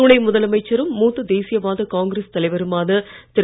துணை முதலமைச்சரும் மூத்த தேசியவாத காங்கிரஸ் தலைவருமான திரு